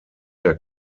der